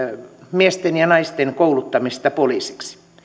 miesten ja naisten kouluttamista poliiseiksi